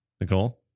Nicole